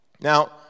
Now